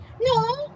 no